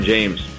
James